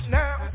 now